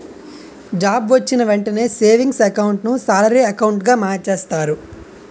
job వొచ్చిన వెంటనే savings account ను సాలరీ అకౌంటుగా మార్చేస్తారు